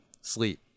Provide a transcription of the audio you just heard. sleep